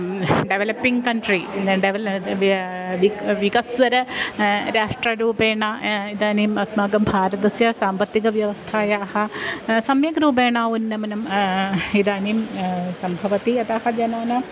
developing country डेलद् व्या विक् विकस्वर राष्ट्ररूपेण इदानीम् अस्माकं भारतस्य साम्पत्तिकव्यवस्थायाः सम्यग्रूपेण उन्नमनं इदानीं सम्भवति अतः जनानां